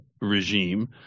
regime